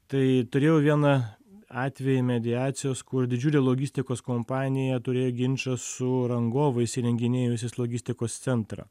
tai turėjau vieną atvejį mediacijos kur didžiulė logistikos kompanija turėjo ginčą su rangovais įrenginėjusius logistikos centrą